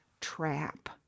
trap